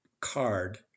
card